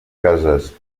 cases